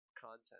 content